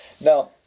Now